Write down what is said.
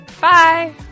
Bye